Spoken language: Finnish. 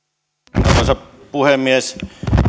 arvoisa puhemies